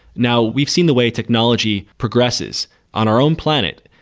now we've seen the way technology progresses on our own planet.